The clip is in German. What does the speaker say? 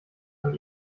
von